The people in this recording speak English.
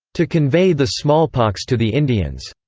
to convey the smallpox to the indians,